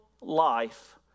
life